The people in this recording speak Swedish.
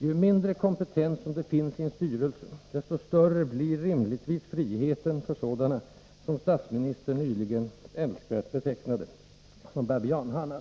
Ju mindre kompetens som det finns i en styrelse, desto större blir rimligtvis friheten för sådana som statsministern nyligen älskvärt betecknade som babianhannar.